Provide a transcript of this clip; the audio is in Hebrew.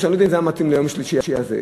היה מתאים ליום שלישי הזה,